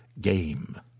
Game